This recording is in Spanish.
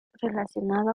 relacionado